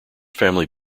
family